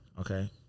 Okay